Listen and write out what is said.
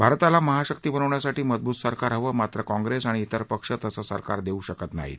भारताला महाशक्ती बनवण्यासाठी मजबूत सरकार हवं मात्र कॉंग्रेस आणि जेर पक्ष तसं सरकार देऊ शकत नाहीत